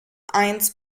eins